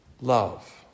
love